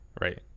Right